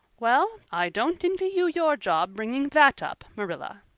well, i don't envy you your job bringing that up, marilla,